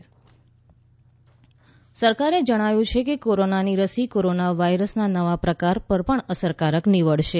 vaccine Raghavan સરકારે જણાવ્યું છે કે કોરોનાની રસી કોરોના વાયરસના નવા પ્રકાર પર પણ અસરકારક નીવડશે